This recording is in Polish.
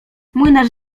młynarz